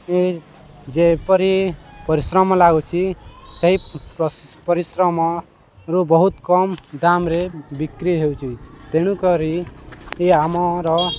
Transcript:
ଏ ଯେପରି ପରିଶ୍ରମ ଲାଗୁଛି ସେହି ପରିଶ୍ରମରୁ ବହୁତ କମ୍ ଦାମରେ ବିକ୍ରି ହେଉଛି ତେଣୁ କରି ଆମର